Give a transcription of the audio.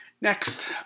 Next